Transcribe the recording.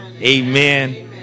amen